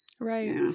Right